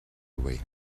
away